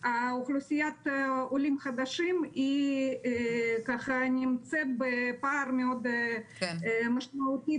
אוכלוסיית העולים החדשים נמצאת בפער מאוד משמעותי